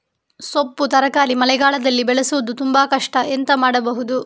ಸೊಪ್ಪು ತರಕಾರಿ ಮಳೆಗಾಲದಲ್ಲಿ ಬೆಳೆಸುವುದು ತುಂಬಾ ಕಷ್ಟ ಎಂತ ಮಾಡಬಹುದು?